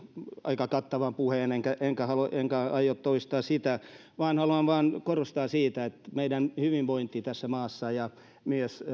aika kattavan puheen enkä enkä aio toistaa sitä vaan haluan vain korostaa sitä että meidän hyvinvointimme tässä maassa ja myös